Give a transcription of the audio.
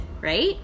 right